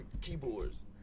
keyboards